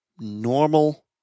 normal